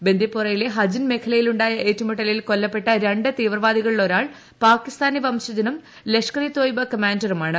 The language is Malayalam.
ബന്ദിപ്പോറയിലെ ഹജിൻ മേഖലയിലുണ്ടായ ഏറ്റുമുട്ടലിൽ കൊല്ലപ്പെട്ട രണ്ട് തീവ്രവാദികളിലൊരാൾ പാകിസ്ഥാനി വംശജനും ലഷ്കർ ഇ ത്വയ്ബ കമാൻഡറുമാണ്